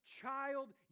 child